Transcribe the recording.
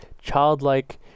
childlike